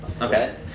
Okay